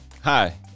Hi